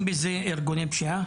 משתמשים בזה אגרוני פשיעה?